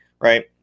right